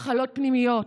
מחלות פנימיות,